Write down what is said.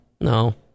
No